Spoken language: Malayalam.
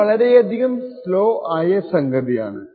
ഇത് വളരെയധികം സ്ലോ ആയ സംഗതിയാണ്